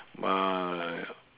my